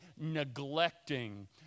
neglecting